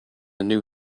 new